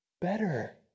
better